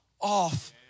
off